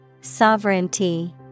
Sovereignty